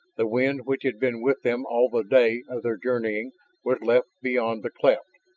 the wind which had been with them all the day of their journeying was left beyond the cleft.